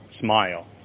smile